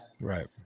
right